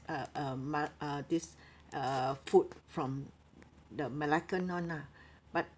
uh uh ma~ uh this uh food from the malaccan [one] lah but